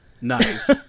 Nice